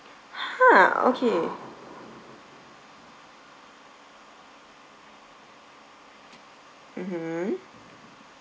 !huh! okay mmhmm